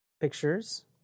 pictures